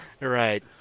Right